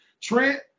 Trent